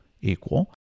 equal